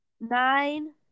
nine